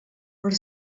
per